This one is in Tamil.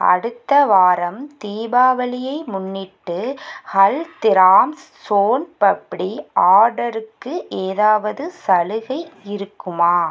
அடுத்த வாரம் தீபாவளியை முன்னிட்டு ஹல்திராம்ஸ் சோன் பப்டி ஆர்டருக்கு ஏதாவது சலுகை இருக்குமா